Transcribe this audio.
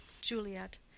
Juliet